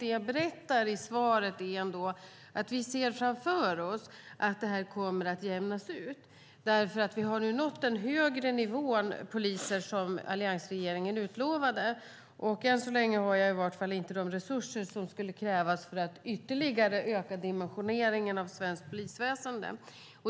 Det jag berättar i svaret är att vi ser framför oss att detta kommer att jämnas ut. Vi har nu nått en högre nivå på antalet poliser, som alliansregeringen utlovade. Än så länge har jag inte de resurser som skulle krävas för att ytterligare öka dimensioneringen av svenskt polisväsen.